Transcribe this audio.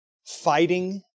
Fighting